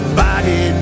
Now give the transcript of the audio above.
body